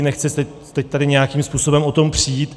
Nechci se teď tady nějakým způsobem o tom přít.